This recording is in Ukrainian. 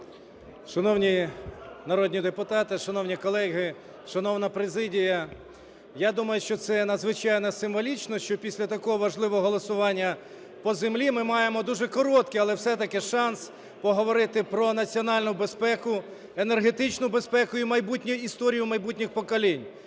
Шановні народні депутати! Шановні колеги! Шановна президія! Я думаю, що це надзвичайно символічно, що після такого важливого голосування по землі ми маємо дуже короткий, але все-таки шанс поговорити про національну безпеку, енергетичну безпеку і майбутнє… історію майбутніх поколінь.